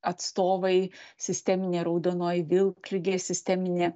atstovai sisteminė raudonoji vilkligė sisteminė